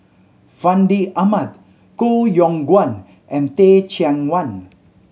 Fandi Ahmad Koh Yong Guan and Teh Cheang Wan